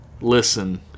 listen